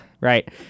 Right